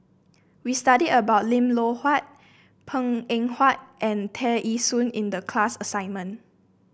we studied about Lim Loh Huat Png Eng Huat and Tear Ee Soon in the class assignment